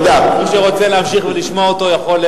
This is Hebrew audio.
איפה היית לנו עד